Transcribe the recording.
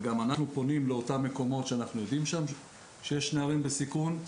גם אנחנו פונים לאותם מקומות שאנחנו יודעים שיש שם נערים בסיכון.